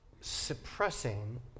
suppressing